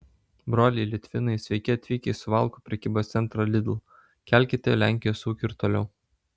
broliai litvinai sveiki atvykę į suvalkų prekybos centrą lidl kelkite lenkijos ūkį ir toliau